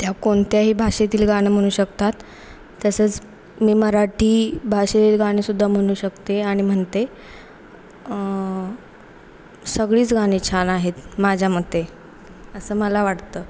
त्या कोणत्याही भाषेतील गाणं म्हणू शकतात तसंच मी मराठी भाषेत गाणेसुद्धा म्हणू शकते आणि म्हणते सगळीच गाणे छान आहेत माझ्या मते असं मला वाटतं